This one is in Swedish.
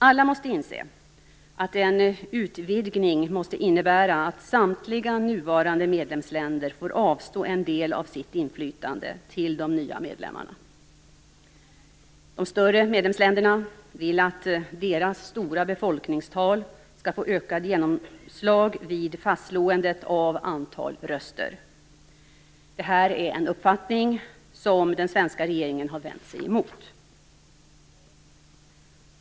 Alla måste inse att en utvidgning måste innebära att samtliga nuvarande medlemsländer får avstå en del av sitt inflytande till de nya medlemmarna. De större medlemsländerna vill att deras stora befolkningstal skall få ökat genomslag vid fastställandet av antalet röster. Det är en uppfattning som den svenska regeringen har vänt sig emot.